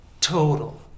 total